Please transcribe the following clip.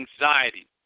Anxiety